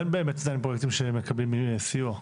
אז אין באמת עדיין פרויקטים שמקבלים סיוע.